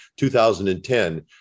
2010